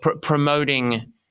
promoting –